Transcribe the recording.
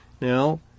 Now